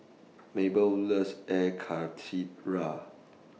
Mabell loves Air Karthira